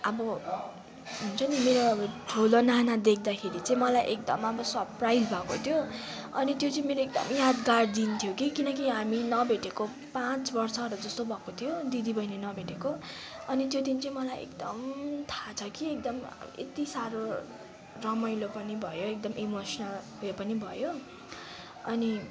अब हुन्छ नि मेरो अब ठुलो नाना देख्दाखेरि चाहिँ मलाई एकदम अब सरप्राइज भएको थियो अनि त्यो चाहिँ मेरो एकदमै यादगार दिन थियो कि किनकि हामी नभेटेको पाँच वर्षहरू जस्तो भएको थियो दिदी बहिनी नभेटेको अनि त्यो दिन चाहिँ मलाई एकदम थाहा छ कि एकदम यति साह्रो रमाइलो पनि भयो एकदम इमोसनल उयो पनि भयो अनि